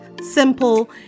simple